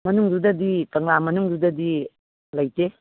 ꯃꯅꯨꯡꯗꯨꯗꯗꯤ ꯀꯪꯂꯥ ꯃꯅꯨꯡꯗꯨꯗꯗꯤ ꯂꯩꯇꯦ